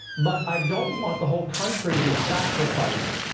but i don't want the whole country to be sacrificed.